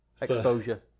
Exposure